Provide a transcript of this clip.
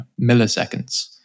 milliseconds